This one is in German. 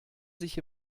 sich